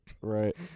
right